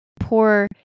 poor